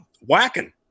whacking